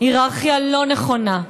הייררכיה לא נכונה,